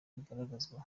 bigaragazwa